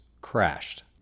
crashed